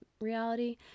reality